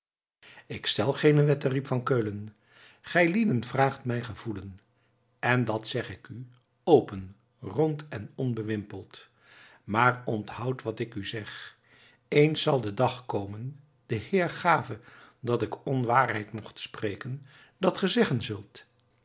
ik stel geene wetten riep van keulen gijlieden vraagt mijn gevoelen en dat zeg ik u open rond en onbewimpeld maar onthoud wat ik u zeg eens zal de dag komen de heer gave dat ik onwaarheid mochte spreken dat ge zeggen zult